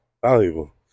valuable